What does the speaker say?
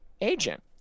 agent